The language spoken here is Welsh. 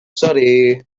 sori